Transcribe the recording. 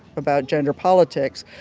about gender politics.